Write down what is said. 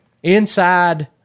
Inside